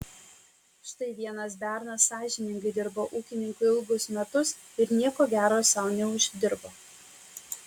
štai vienas bernas sąžiningai dirbo ūkininkui ilgus metus ir nieko gero sau neuždirbo